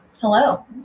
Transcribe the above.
Hello